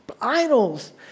idols